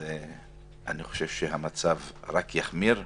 אני חושב שהמצב רק יחמיר.